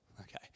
okay